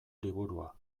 liburua